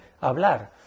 hablar